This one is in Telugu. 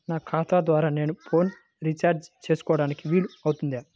నా ఖాతా ద్వారా నేను ఫోన్ రీఛార్జ్ చేసుకోవడానికి వీలు అవుతుందా?